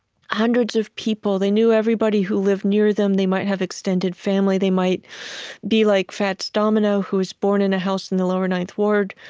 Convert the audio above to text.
hundreds of people. they knew everybody who lived near them they might have extended family. they might be like fats domino, who was born in a house in the lower ninth ward,